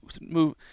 Move